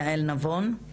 יעל נבון.